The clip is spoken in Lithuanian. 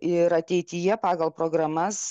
ir ateityje pagal programas